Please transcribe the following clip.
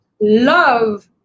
love